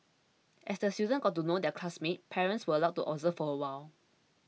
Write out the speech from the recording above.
as the students got to know their classmates parents were allowed to observe for a while